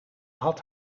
had